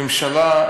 ממשלה,